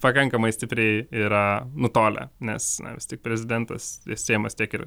pakankamai stipriai yra nutolę nes na vis tik prezidentas ir seimas tiek ir